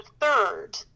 third